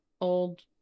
old